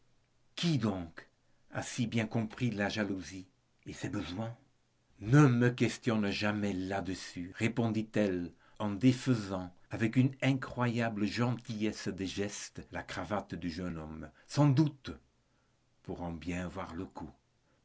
qui donc a si bien compris la jalousie et ses besoins ne me questionne jamais là-dessus répondit elle en défaisant avec une incroyable gentillesse de geste la cravate du jeune homme sans doute pour en bien voir le col